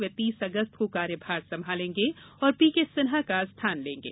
वे तीस अगस्त को कार्यभार संभालेंगे और पीके सिन्हा का स्थान लेंगे